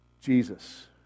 Jesus